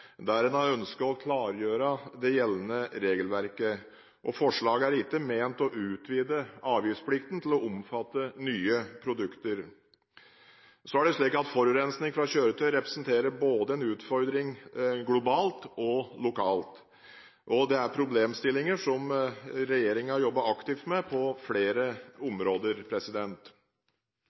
der en har ønsket å klargjøre gjeldende regelverk. Forslaget er ikke ment å utvide avgiftsplikten til å omfatte nye produkter. Forurensning fra kjøretøy representerer en utfordring både globalt og lokalt. Dette er problemstillinger som regjeringen jobber aktivt med på flere områder.